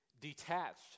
detached